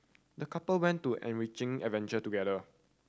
the couple went to an enriching adventure together